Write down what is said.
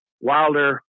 Wilder